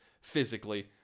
physically